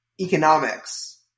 economics